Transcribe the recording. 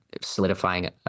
solidifying